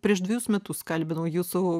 prieš dvejus metus kalbinau jūsų